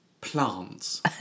Plants